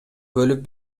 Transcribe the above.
бөлүп